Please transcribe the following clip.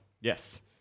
Yes